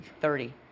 Thirty